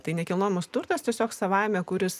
tai nekilnojamas turtas tiesiog savaime kuris